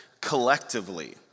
collectively